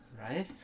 Right